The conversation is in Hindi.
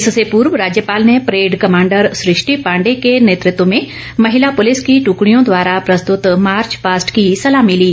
इससे पूर्व राज्यपाल ने परेड कमांडर सृष्टि पांडे के नेतृत्व में महिला पुलिस की ट्रकड़ियों द्वारा प्रस्तृत मार्च पास्ट की सलामी ली